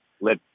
let